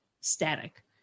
static